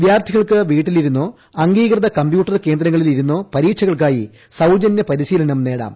വിദ്യാർത്ഥികൾക്ക് വീട്ടിലിരുന്നോ അംഗീകൃത കമ്പ്യൂട്ടർ കേന്ദ്രങ്ങളിൽ ഇരുന്നോ പരീക്ഷകൾക്കായി സൌജന്യ പരിശീലനം നേടാം